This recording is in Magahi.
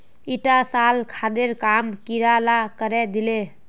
ईटा साल खादेर काम कीड़ा ला करे दिले